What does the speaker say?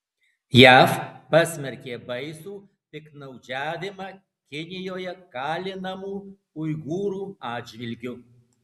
jav pasmerkė baisų piktnaudžiavimą kinijoje kalinamų uigūrų atžvilgiu